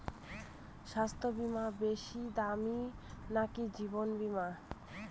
স্বাস্থ্য বীমা বেশী দামী নাকি জীবন বীমা?